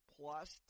plus